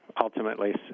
ultimately